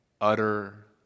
utter